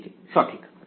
একই দিকে সঠিক